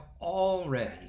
already